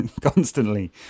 constantly